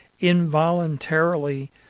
involuntarily